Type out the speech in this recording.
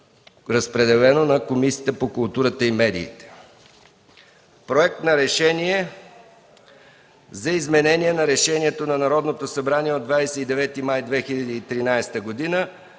Разпределен е на Комисията по културата и медиите. - Проект за решение за изменение на Решението на Народното събрание от 29 май 2013 г. за